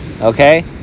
Okay